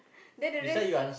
then the rest